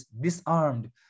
disarmed